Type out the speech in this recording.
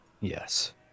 yes